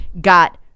got